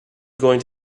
going